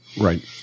Right